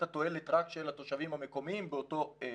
התועלת רק של התושבים המקומיים באותו מקום.